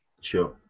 Sure